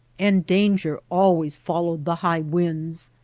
and danger always followed the high winds.